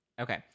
okay